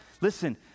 Listen